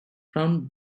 crown